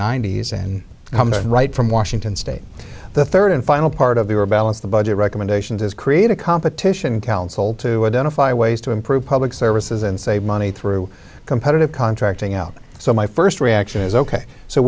ninety's and coming right from washington state the third and final part of your balance the budget recommendations is create a competition council to identify ways to improve public services and save money through competitive contracting out so my first reaction is ok so